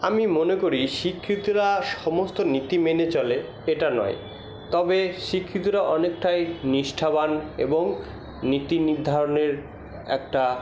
আমি মনে করি শিক্ষিতরা সমস্ত নীতি মেনে চলে এটা নয় তবে শিক্ষিতরা অনেকটাই নিষ্ঠাবান এবং নীতি নির্ধারণের একটা